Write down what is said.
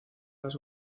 las